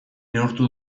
neurtu